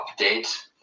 update